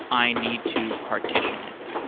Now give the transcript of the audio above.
i need to partition it,